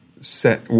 set